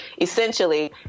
Essentially